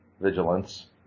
Vigilance